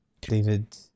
David